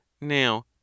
Now